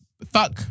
Fuck